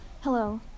Hello